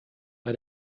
bei